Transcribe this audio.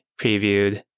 previewed